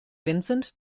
vincent